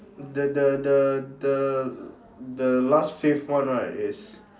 the the the the the last fifth one right is